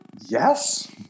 Yes